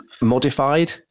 modified